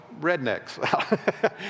rednecks